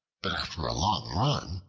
but after a long run,